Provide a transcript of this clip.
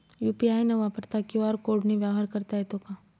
UPI न वापरता QR कोडने व्यवहार करता येतो का?